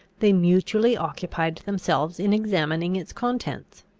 they mutually occupied themselves in examining its contents.